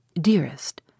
dearest